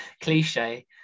cliche